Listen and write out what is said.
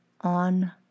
on